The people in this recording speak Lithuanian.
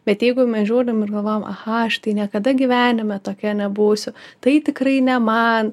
bet jeigu mes žiūrim ir galvojam aha aš tai niekada gyvenime tokia nebūsiu tai tikrai ne man